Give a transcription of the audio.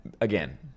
Again